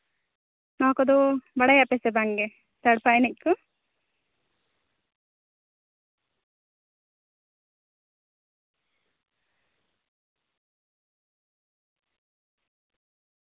ᱱᱚᱣᱟ ᱠᱚᱫᱚ ᱵᱟᱲᱟᱭᱟᱯᱮ ᱥᱮ ᱵᱟᱝ ᱜᱮ ᱥᱟᱲᱯᱟ ᱮᱱᱮᱡᱽ ᱠᱚ